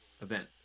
event